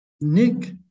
Nick